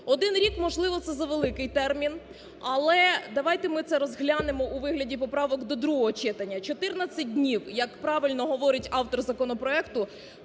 Один рік, можливо, це завеликий термін, але давайте ми це розглянемо у вигляді поправок до другого читання: 14 днів, як правильно говорить автор законопроекту,